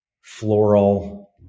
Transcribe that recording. floral